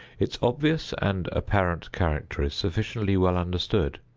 its obvious and apparent character is sufficiently well understood.